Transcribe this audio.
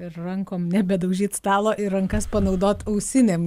rankom nebedaužyti stalo ir rankas panaudot ausinėm